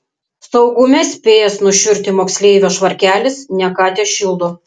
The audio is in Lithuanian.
saugume spėjęs nušiurti moksleivio švarkelis ne ką tešildo